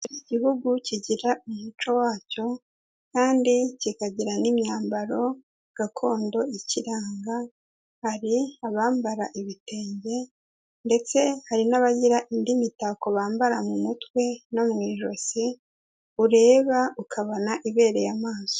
Buri gihugu kigira umuco wacyo kandi kikagira n'imyambaro gakondo ikiranga, hari abambara ibitenge ndetse hari n'abagira indi mitako bambara mu mutwe no mu ijosi, ureba ukabona ibereye amaso.